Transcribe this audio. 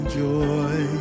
joy